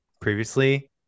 previously